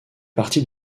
partie